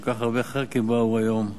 כל כך הרבה חברי כנסת באו היום.